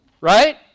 Right